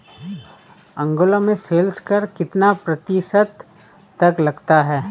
Angola में sales कर कितना प्रतिशत तक लगता है?